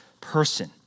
person